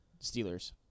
Steelers